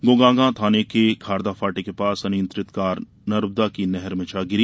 गोगांवा थाने के खारदा फाटे के पास अनियंत्रित कार नर्मदा की नहर में जा गिरी